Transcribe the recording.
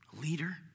leader